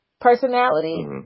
personality